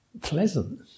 pleasant